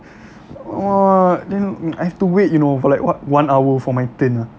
!wah! then I have to wait you know for like what one hour for my turn ah